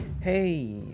Hey